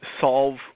solve